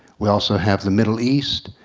we also have the middle east.